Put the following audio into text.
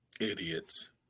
Idiots